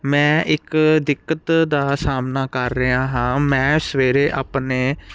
ਮੈਂ ਇੱਕ ਦਿੱਕਤ ਦਾ ਸਾਹਮਣਾ ਕਰ ਰਿਹਾ ਹਾਂ ਮੈਂ ਸਵੇਰੇ ਆਪਣੇ